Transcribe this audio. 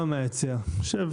הוא לא צריך.